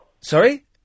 Sorry